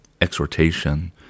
exhortation